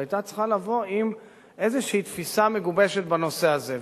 שהיתה צריכה לבוא עם איזו תפיסה מגובשת בנושא הזה,